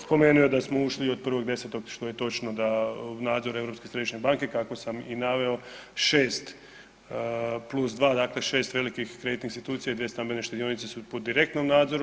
Spomenuo je da smo ušli od 1.10. što je točno da nadzor Europske središnje banke kako sam i naveo 6 plus 2 dakle, 6 velikih kreditnih institucija i 2 stambene štedionice su pod direktnim nadzorom.